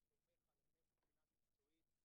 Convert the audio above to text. אני סומך עליכם מבחינה מקצועית,